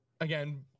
again